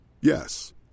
Yes